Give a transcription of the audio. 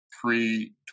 pre